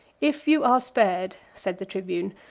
if you are spared, said the tribune,